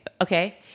okay